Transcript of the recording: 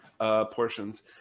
portions